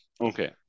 Okay